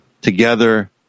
together